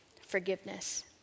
forgiveness